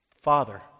Father